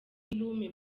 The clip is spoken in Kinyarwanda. guillaume